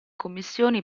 commissioni